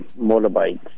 motorbikes